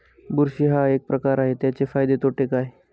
बुरशी हा काय प्रकार आहे, त्याचे फायदे तोटे काय?